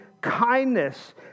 kindness